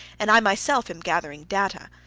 and i myself am gathering data.